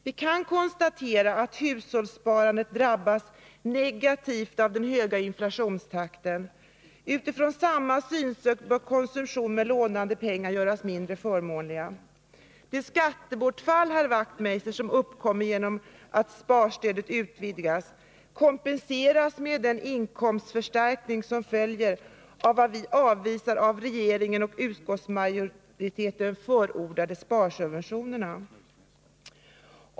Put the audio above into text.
Vi kan konstatera att hushållssparandet drabbas negativt av den höga inflationstakten. Utifrån samma synsätt bör konsumtion med lånade pengar göras mindre förmånlig. Det skattebortfall, herr Wachtmeister, som uppkommer genom att sparstödet utvidgas kompenseras med den inkomstförstärkning som följer av att vi avvisar de av regeringen och utskottsmajoriteten förordade sparsubventionerna.